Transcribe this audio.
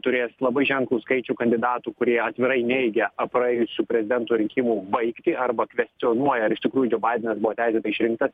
turės labai ženklų skaičių kandidatų kurie atvirai neigia praėjusių prezidento rinkimų baigtį arba kvestionuoja ar iš tikrųjų džio baidenas buvo teisėtai išrinktas